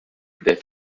their